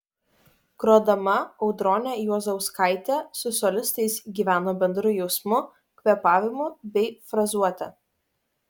grodama audronė juozauskaitė su solistais gyveno bendru jausmu kvėpavimu bei frazuote